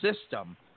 system –